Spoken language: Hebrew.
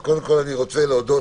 קודם כול אני רוצה להודות,